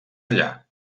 allà